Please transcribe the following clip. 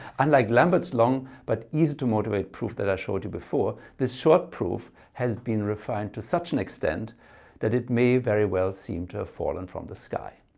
unlike lambert's long but easy-to motivate proof that i showed you before this short proof has been refined to such an extent that it may very well seem to have fallen from the sky.